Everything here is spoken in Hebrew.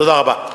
תודה רבה.